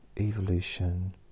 Evolution